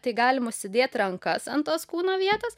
tai galim užsidėt rankas ant tos kūno vietos